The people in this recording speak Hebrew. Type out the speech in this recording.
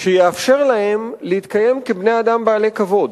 שיאפשר להם להתקיים כבני-אדם בעלי כבוד.